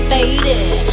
Faded